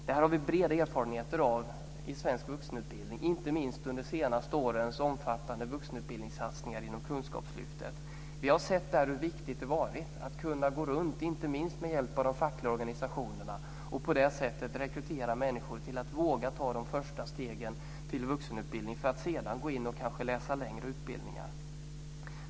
Det här har vi breda erfarenheter av i svensk vuxenutbildning, inte minst under de senaste årens omfattande vuxenutbildningssatsningar inom Kunskapslyftet. Vi har där sett hur viktigt det har varit att kunna gå runt, inte minst med hjälp av de fackliga organisationerna, och på det sättet rekrytera människor till att våga ta de första stegen till vuxenutbildning för att sedan kanske läsa längre utbildningar.